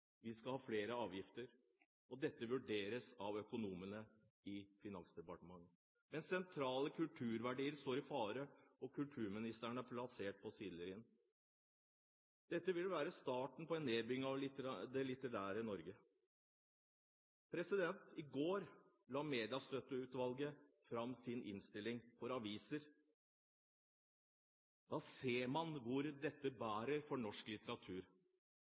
skal ha flere avgifter. Dette vurderes av økonomene i Finansdepartementet, mens sentrale kulturverdier står i fare, og kulturministeren er plassert på sidelinjen. Dette vil være starten på en nedbygging av det litterære Norge. I går la Mediestøtteutvalget fram sin innstilling når det gjelder aviser. Nå ser man hvor dette bærer hen for norsk litteratur.